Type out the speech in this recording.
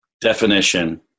definition